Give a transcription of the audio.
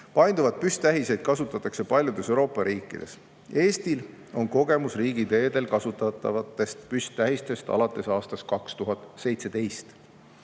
Painduvaid püsttähiseid kasutatakse paljudes Euroopa riikides. Eestil on kogemus riigiteedel kasutatavatest püsttähistest alates aastast 2017.